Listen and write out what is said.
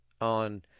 on